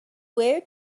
where